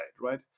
right